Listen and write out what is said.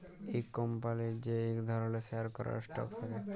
ইক কম্পলির যে ইক ধরলের শেয়ার ক্যরা স্টক থাক্যে